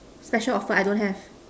special offer I don't have